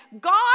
God